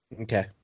Okay